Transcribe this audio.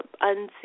unseen